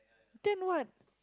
then what